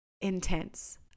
intense